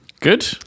good